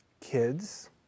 Kids